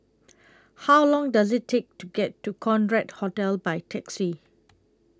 How Long Does IT Take to get to Concorde Hotel By Taxi